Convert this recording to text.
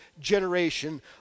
generation